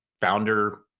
founder